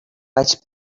vaig